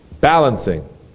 balancing